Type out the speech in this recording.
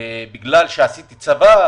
בגלל שעשיתי צבא,